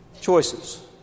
Choices